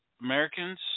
americans